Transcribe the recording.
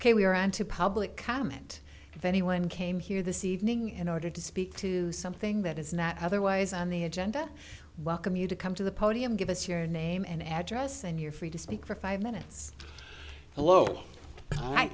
ok we are on to public comment if anyone came here this evening in order to speak to something that is not otherwise on the agenda welcome you to come to the podium give us your name and address and you're free to speak for five minutes hello